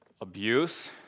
Abuse